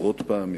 עשרות פעמים,